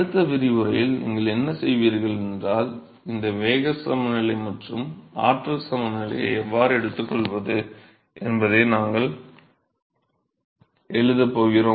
அடுத்த விரிவுரையில் நீங்கள் என்ன செய்வீர்களென்றால் இந்த வேக சமநிலை மற்றும் ஆற்றல் சமநிலையை எவ்வாறு எடுத்துக்கொள்வது என்பதை நாங்கள் எழுதப் போகிறோம்